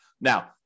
Now